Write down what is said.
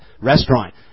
Restaurant